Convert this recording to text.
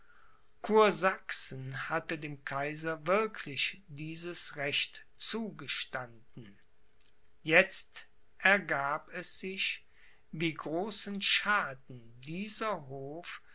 kursachsen hatte dem kaiser wirklich dieses recht zugestanden jetzt ergab es sich wie großen schaden dieser hof